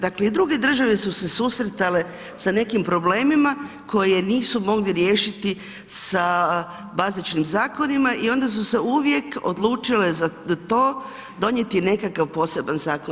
Dakle i druge države su se susretale sa nekim problemima koje nisu mogli riješiti sa bazičnim zakonima i onda su se uvijek odlučile za to, donijeti nekakav poseban zakon.